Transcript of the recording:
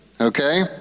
okay